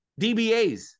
DBAs